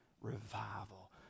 revival